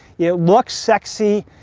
it looks sexy,